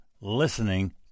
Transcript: listening